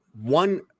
one